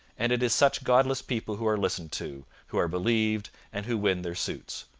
and it is such godless people who are listened to, who are believed, and who win their suits.